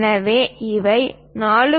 எனவே இதை 4